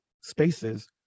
spaces